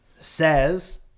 says